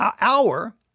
hour